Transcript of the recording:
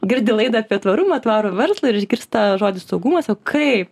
girdi laidą apie tvarumą tvarų verslą ir išgirsta žodį saugumas o kaip